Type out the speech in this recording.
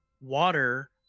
water